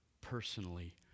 personally